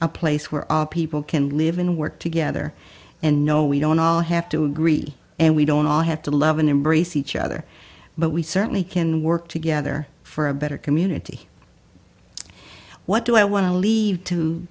a place where all people can live and work together and know we don't all have to agree and we don't all have to love and embrace each other but we certainly can work together for a better community what do i want to leave to